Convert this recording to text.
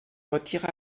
retire